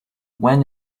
when